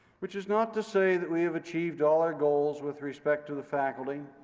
which is not to say that we have achieved all our goals with respect to the faculty.